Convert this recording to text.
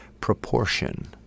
proportion